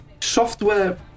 Software